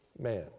man